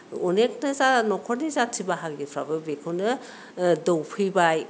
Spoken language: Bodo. अनेकथा न'खरनि जाथि बाहागिफ्राबो बेखौनो दौफैबाय